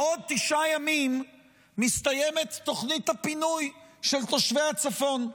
בעוד תשעה ימים מסתיימת תוכנית הפינוי של תושבי הצפון,